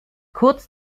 kurz